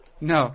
No